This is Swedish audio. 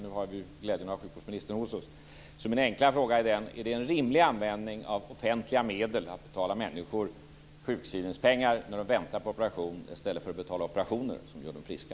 Nu har vi glädjen att ha sjukvårdsministern hos oss. Min enkla fråga är: Är det en rimlig användning av offentliga medel att betala människor sjukskrivningspengar när de väntar på operation i stället för att betala operationer som gör dem friska?